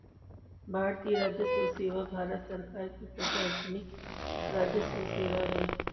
भारतीय राजस्व सेवा भारत सरकार की प्रशासनिक राजस्व सेवा है